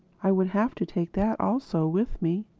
i would have to take that also with me.